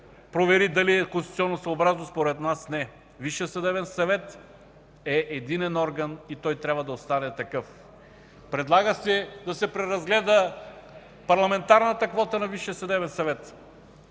провери дали е конституционносъобразно – според нас, не. Висшият съдебен съвет е единен орган и той трябва да остане такъв. Предлага се да се преразгледа парламентарната квота на Висшия съдебен съвет.